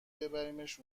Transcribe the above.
ببریمش